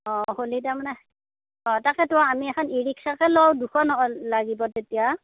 অ' হলি তাৰমানে অ' তাকেইটো আমি এখন ই ৰিক্সাকে লওঁ দুখন লাগিব তেতিয়া